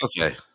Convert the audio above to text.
okay